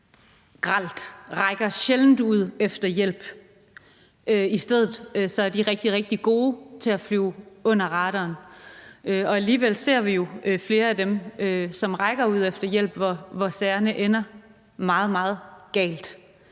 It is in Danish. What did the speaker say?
grelt, rækker sjældent ud efter hjælp. I stedet er de rigtig, rigtig gode til at flyve under radaren. Alligevel ser vi jo i flere tilfælde, hvor folk rækker ud efter hjælp, at sagerne ender meget,